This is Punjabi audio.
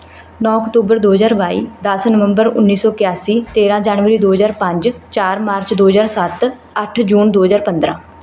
ਨੌਂ ਅਕਤੂਬਰ ਦੋ ਹਜ਼ਾਰ ਬਾਈ ਦਸ ਨਵੰਬਰ ਉੱਨੀ ਸੌ ਕਿਆਸੀ ਤੇਰਾਂ ਜਨਵਰੀ ਦੋ ਹਜ਼ਾਰ ਪੰਜ ਚਾਰ ਮਾਰਚ ਦੋ ਹਜ਼ਾਰ ਸੱਤ ਅੱਠ ਜੂਨ ਦੋ ਹਜ਼ਾਰ ਪੰਦਰਾਂ